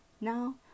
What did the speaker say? now